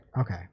Okay